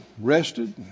rested